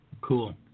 cool